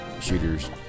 shooters